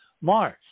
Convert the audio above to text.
Mars